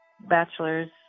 bachelor's